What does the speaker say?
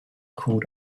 called